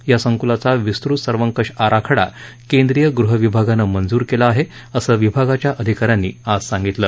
या संक्लाचा विस्तृत सर्वकष आराखडा केंद्रीय गृहविभागानं मंजूर केला आहे असं विभागाच्या अधिकाऱ्यांनी आज सांगितलं